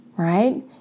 Right